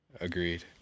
Agreed